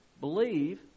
believe